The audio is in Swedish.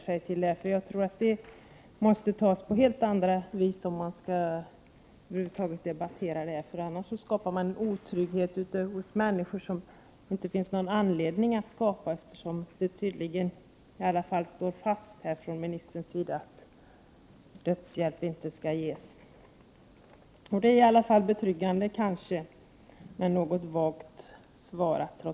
Sådana frågor måste tas upp på ett helt annat sätt, om man över huvud taget skall debattera dem. Annars skapar man otrygghet hos människor, en otrygghet som det inte finns någon anledning att skapa, eftersom ministern tydligen står fast vid att dödshjälp inte skall ges. Det är kanske betryggande men trots allt något vagt svarat.